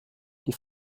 die